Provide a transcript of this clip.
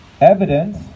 Evidence